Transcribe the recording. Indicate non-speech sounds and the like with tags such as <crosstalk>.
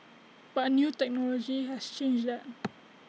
but new technology has changed that <noise>